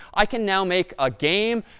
i can now make a game,